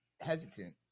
hesitant